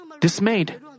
dismayed